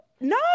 no